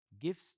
gifts